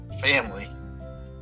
family